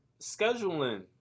scheduling